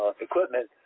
equipment